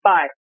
Bye